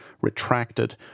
retracted